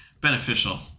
beneficial